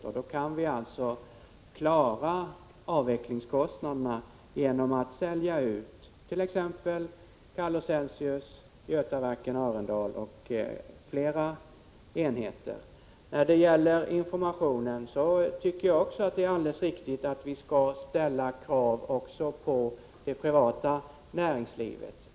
Och vi kan klara avvecklingskostnaderna genom att sälja ut t.ex. Calor Celcius, Götaverken Arendal och andra enheter. Beträffande information tycker också jag att det är riktigt att vi skall ställa krav även på det privata näringslivet.